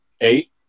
Eight